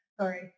sorry